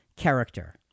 character